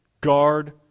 Guard